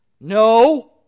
No